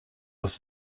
was